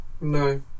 no